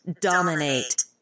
dominate